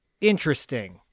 Interesting